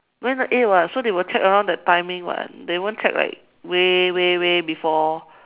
but it's not eight [what] so they will check around the timing [what] they won't check like way way way before